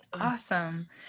Awesome